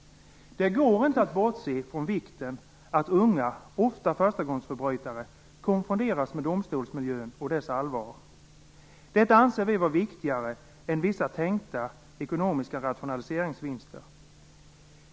Det går inte att bortse från vikten av att unga, ofta förstagångsförbrytare, konfronteras med domstolsmiljön och dess allvar. Detta anser vi vara viktigare än vissa tänkta ekonomiska rationaliseringsvinster.